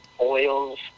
oils